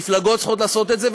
מפלגות צריכות לעשות את זה.